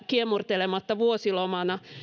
kiemurtelematta vuosilomana